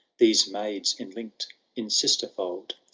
these maids enlink'd in sister-fold.